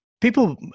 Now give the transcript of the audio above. people